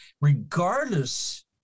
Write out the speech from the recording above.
regardless